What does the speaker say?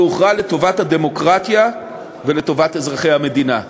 והוכרע לטובת הדמוקרטיה ולטובת אזרחי המדינה.